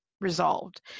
Resolved